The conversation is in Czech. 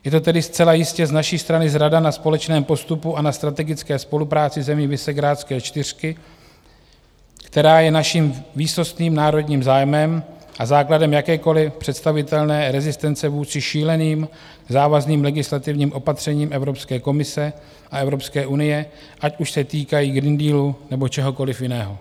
Je to tedy zcela jistě z naší strany zrada na společném postupu a na strategické spolupráci zemí Visegrádské čtyřky, která je naším výsostným národním zájmem a základem jakékoli představitelné rezistence vůči šíleným závazným legislativním opatřením Evropské komise a Evropské unie, ať už se týkají Green Dealu, nebo čehokoli jiného.